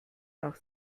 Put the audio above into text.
nach